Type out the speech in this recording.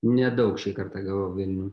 nedaug šį kartą gavau velnių